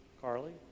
Carly